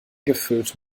gefüllt